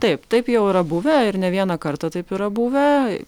taip taip jau yra buvę ir ne vieną kartą taip yra buvę